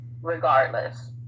regardless